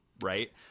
right